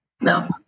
No